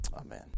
Amen